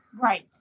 Right